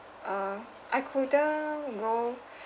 um I couldn't go